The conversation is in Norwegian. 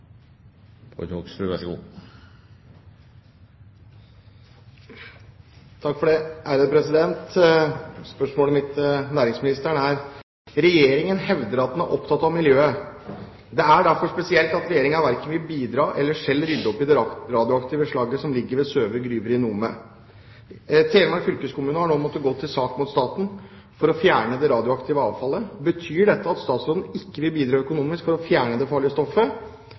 Spørsmålet mitt til næringsministeren er: «Regjeringen hevder at den er opptatt av miljøet. Det er derfor spesielt at regjeringen verken vil bidra, eller selv rydde opp i det radioaktive slagget som ligger ved Søve gruver i Nome. Telemark fylkeskommune har nå måttet gå til sak mot staten for å få fjernet det radioaktive avfallet. Betyr dette at statsråden ikke vil bidra økonomisk for å fjerne det farlige stoffet,